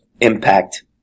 impact